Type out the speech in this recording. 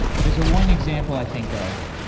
okay. so one example i think of,